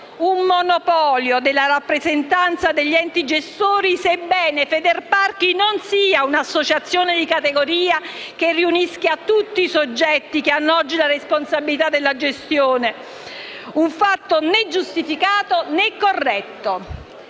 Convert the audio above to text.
(un monopolio della rappresentanza degli enti gestori), sebbene Federparchi non sia un'associazione di categoria che riunisca tutti i soggetti che hanno oggi la responsabilità della gestione. Si tratta di un fatto né giustificato né corretto.